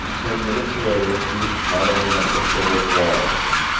ten minutes later he was paddling up the shore of wollaston,